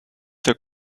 der